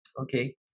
Okay